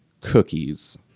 cookies